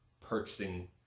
purchasing